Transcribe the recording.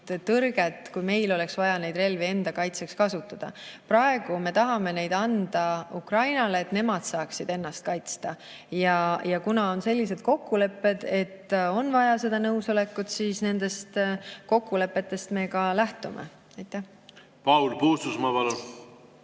tõrge, kui meil oleks vaja neid relvi enda kaitseks kasutada. Praegu me tahame neid anda Ukrainale, et nemad saaksid ennast kaitsta. Aga on sellised kokkulepped, et on vaja seda nõusolekut, ja nendest kokkulepetest me ka lähtume. Aitäh! Kõigepealt: